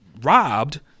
robbed